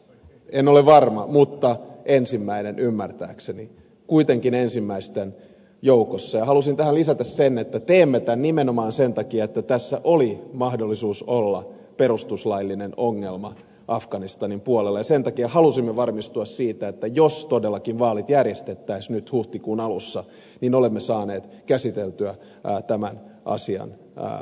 en ole varma mutta ensimmäinen ymmärtääkseni kuitenkin ensimmäisten joukossa ja haluaisin tähän lisätä sen että teemme tämän nimenomaan sen takia että tässä oli mahdollisuus perustuslailliseen ongelmaan afganistanin puolella ja sen takia halusimme varmistua siitä että jos todellakin vaalit järjestettäisiin nyt huhtikuun alussa niin olemme saaneet käsiteltyä tämän asian eduskunnassa